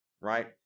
right